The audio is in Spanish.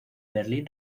berlín